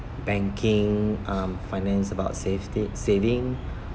banking um finance about safety saving